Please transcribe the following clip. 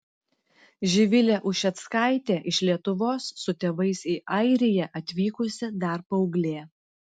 živilė ušeckaitė iš lietuvos su tėvais į airiją atvykusi dar paauglė